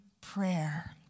prayer